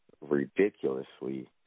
Ridiculously